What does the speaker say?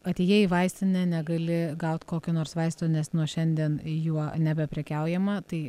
atėjai į vaistinę negali gaut kokio nors vaisto nes nuo šiandien juo nebeprekiaujama tai